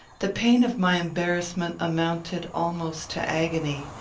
the pain of my embarrassment amounted almost to agony.